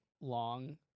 long